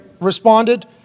responded